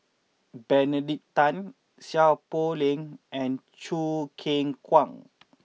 Benedict Tan Seow Poh Leng and Choo Keng Kwang